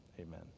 amen